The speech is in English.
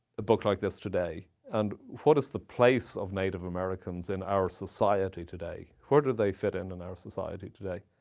a book like this today, and what is the place of native americans in our society today? where do they fit in in our society today?